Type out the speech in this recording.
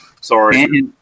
Sorry